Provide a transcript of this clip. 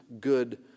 good